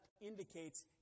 indicates